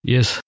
Yes